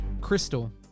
Crystal